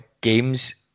games